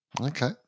Okay